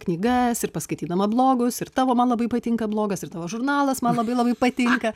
knygas ir paskaitydama blogus ir tavo man labai patinka blogas ir tavo žurnalas man labai labai patinka